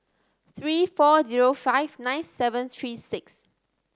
three four zero five nine seven three six